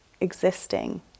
existing